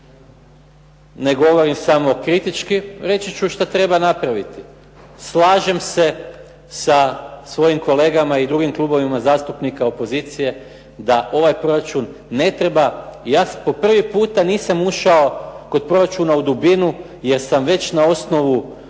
ne govorim samo kritički, reći ću šta treba napraviti. Slažem se sa svojim kolegama i drugim klubovima zastupnika opozicije da ovaj proračun ne treba, ja po prvi puta nisam ušao kod proračuna u dubinu, jer sam već na osnovu